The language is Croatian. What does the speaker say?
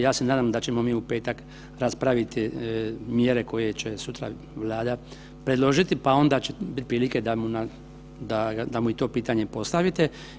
Ja se nadam da ćemo mi u petak raspraviti mjere koje će sutra Vlada predložiti, pa onda će bit prilike da mu i to pitanje postavite.